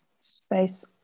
space